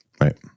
Right